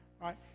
Right